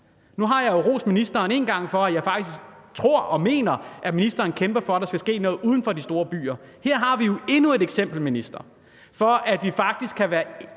Nu har jeg jo rost ministeren en gang, fordi jeg faktisk tror og mener, at ministeren kæmper for, at der skal ske noget uden for de store byer. Her har vi jo endnu et eksempel på, at vi faktisk kan være